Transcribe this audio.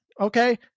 Okay